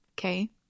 okay